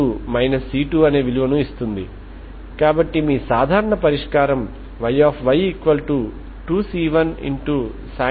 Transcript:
ఇప్పుడు మీరు Sturm Liouville సమస్య పరిష్కారాల డాట్ ప్రొడక్ట్ ను ఉపయోగించవచ్చు కాబట్టి ఐగెన్ ఫంక్షన్ తో రెండు వైపులా డాట్ ప్రొడక్ట్ ని తయారు చేయండి